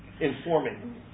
informing